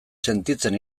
sentitzen